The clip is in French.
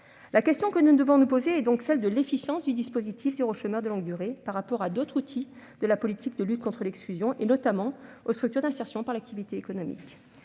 La question que nous devons nous poser est donc celle de l'efficience du dispositif « territoires zéro chômeur de longue durée » par rapport à celle d'autres outils de la politique de lutte contre l'exclusion, notamment les structures d'insertion par l'activité économique.